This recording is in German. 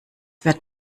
wird